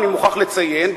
אני מוכרח לציין,